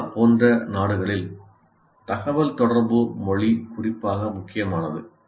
India போன்ற நாடுகளில் தகவல்தொடர்பு மொழி குறிப்பாக முக்கியமானது